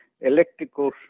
electrical